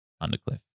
Undercliff